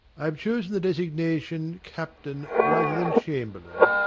i have chosen the designation captain rather than chamberlain.